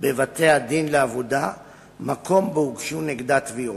בבתי-הדין לעבודה מקום שהוגשו נגדה תביעות.